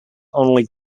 only